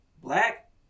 black